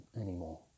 anymore